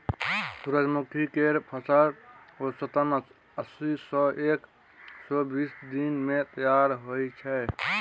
सूरजमुखी केर फसल औसतन अस्सी सँ एक सय बीस दिन मे तैयार होइ छै